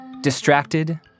Distracted